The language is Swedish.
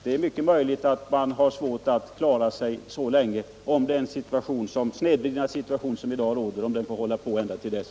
Det är mycket möjligt att de mindre och medelstora varven har svårt att klara sig så länge, om denna snedvridning i konkurrensen får bestå ända till dess.